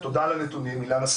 תודה על הנתונים, אילנה.